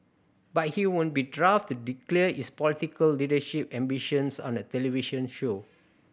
but he would be daft to declare his political leadership ambitions on a television show